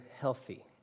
healthy